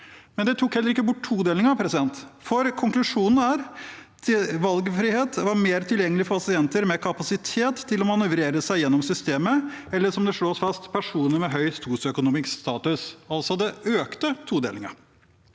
ned. Det tok heller ikke bort todelingen, for konklusjonen er at valgfrihet var mer tilgjengelig for pasienter med kapasitet til å manøvrere seg gjennom systemet – eller, som det slås fast, personer med høy sosioøkonomisk status. Det økte altså todelingen.